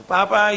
Papa